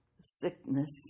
sickness